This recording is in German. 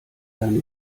deine